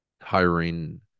hiring